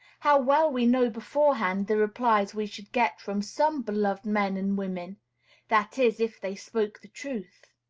how well we know beforehand the replies we should get from some beloved men and women that is, if they spoke the truth!